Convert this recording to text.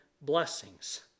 blessings